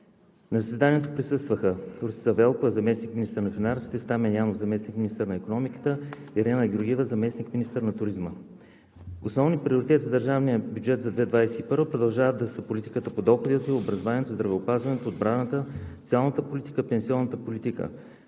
На заседанието присъстваха: Росица Велкова – заместник-министър на финансите, Стамен Янев – заместник-министър на икономиката, Ирена Георгиева – заместник-министър на туризма. Основните приоритети на държавния бюджет за 2021 г. продължават да са политиката по доходите, образованието, здравеопазването, отбраната, социалната политика, пенсионната политика.